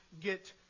get